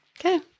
Okay